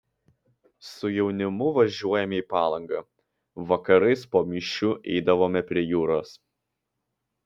su jaunimu važiuodavome į palangą vakarais po mišių eidavome prie jūros